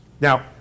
Now